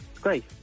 Great